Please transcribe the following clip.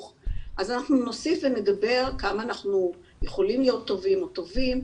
אז אנחנו נוסיף ונדבר כמה אנחנו יכולים להיות טובים או טובים,